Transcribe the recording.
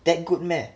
that good meh